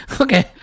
Okay